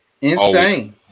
insane